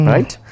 Right